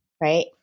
Right